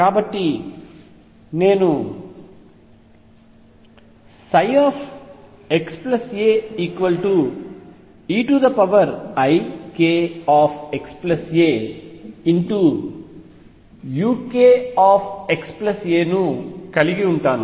కాబట్టి నేను xaeikxaukxa ను కలిగి ఉంటాను